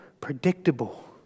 Predictable